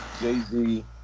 Jay-Z